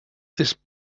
this